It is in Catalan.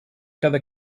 cada